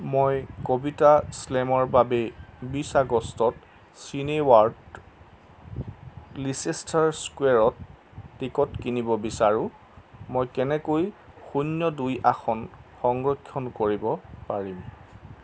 মই কবিতা শ্লেমৰ বাবে বিছ আগষ্টত চিনেৱাৰ্ল্ড লিচেষ্টাৰ স্কোৱেৰত টিকট কিনিব বিচাৰোঁ মই কেনেকৈ শূন্য দুই আসন সংৰক্ষণ কৰিব পাৰিম